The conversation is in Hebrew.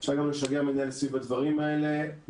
אפשר גם לשגע מנהל סביב הדברים האלה.